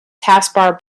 taskbar